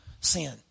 sin